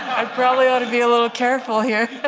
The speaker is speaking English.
i probably ought to be a little careful here.